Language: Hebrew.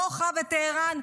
בדוחא ובטהראן,